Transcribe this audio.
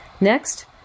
Next